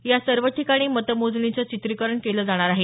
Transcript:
या सर्व ठिकाणी मतमोजणीचं चित्रीकरण केलं जाणार आहे